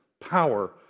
power